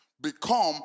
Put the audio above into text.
become